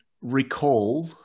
recall